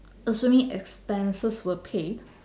assuming expenses were paid